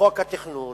בחוק התכנון